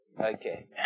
Okay